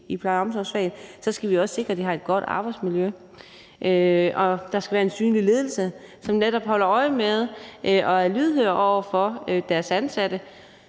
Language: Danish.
i pleje- og omsorgsfaget, og så skal vi også sikre, at de har et godt arbejdsmiljø. Der skal være en synlig ledelse, som netop holder øje med og er lydhør over for deres ansatte.